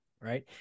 right